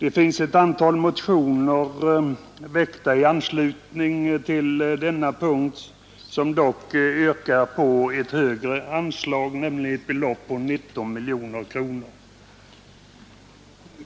I anslutning till denna punkt har väckts ett antal motioner, som yrkar på ett högre anslag, nämligen 19 miljoner kronor.